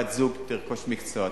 הבת-זוג תרכוש מקצוע,